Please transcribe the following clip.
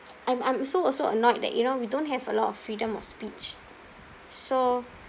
I'm I'm also also annoyed that you know we don't have a lot of freedom of speech so